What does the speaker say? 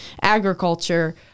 agriculture